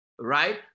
right